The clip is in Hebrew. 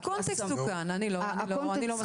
אני לא מסכימה.